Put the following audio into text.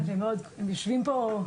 הם יושבים פה.